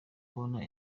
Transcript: kubona